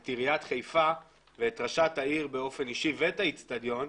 את עיריית חיפה ואת ראשית העיר באופן אישי ואת האצטדיון,